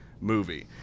movie